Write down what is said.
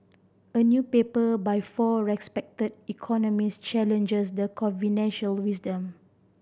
a new paper by four respected economists challenges the conventional wisdom